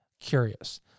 curious